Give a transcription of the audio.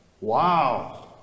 Wow